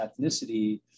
ethnicity